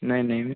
नहीं नहीं मैम